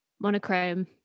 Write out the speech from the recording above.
monochrome